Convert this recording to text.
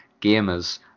Gamers